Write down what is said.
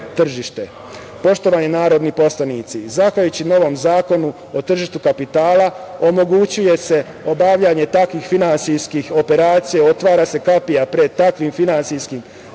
tržište. Poštovani narodni poslanici, zahvaljujući novom Zakonu o tržištu kapitala omogućuje se obavljanje takvih finansijskih operacija, otvara se kapija pred takvim finansijskim